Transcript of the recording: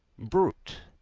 brute,